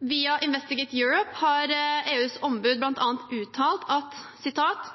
via Investigate Europe, uttaler EUs ombud bl.a. at